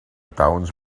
towns